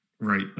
Right